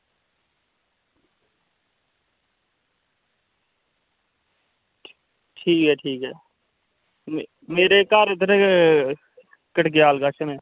ठीक ऐ ठीक ऐ मेरे घर इद्धर कड़कयाल कश न